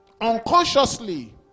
Unconsciously